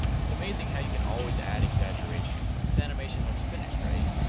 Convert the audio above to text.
it's amazing how you can always add exaggeration. this animation looks finished, right?